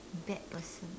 bad person